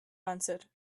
answered